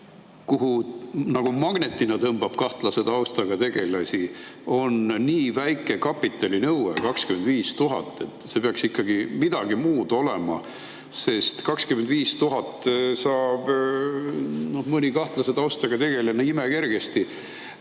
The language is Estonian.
kuhu nagu magnetiga tõmbab kahtlase taustaga tegelasi, on nii väike kapitalinõue, 25 000 eurot. See peaks ikkagi olema midagi muud, sest 25 000 eurot saab mõni kahtlase taustaga tegelane imekergesti